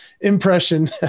impression